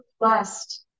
blessed